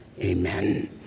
Amen